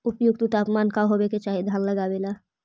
उपयुक्त तापमान का होबे के चाही धान लगावे ला?